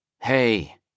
hey